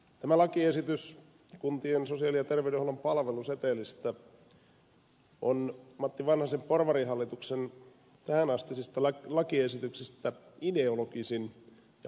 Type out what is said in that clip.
tämä lakiesitys kuntien sosiaali ja terveydenhuollon palvelusetelistä on matti vanhasen porvarihallituksen tähänastisista lakiesityksistä ideologisin ja oikeistolaisin